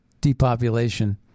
depopulation